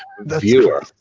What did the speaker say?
viewer